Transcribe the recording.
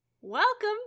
welcome